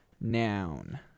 Noun